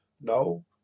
No